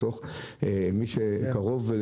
מי שקרוב,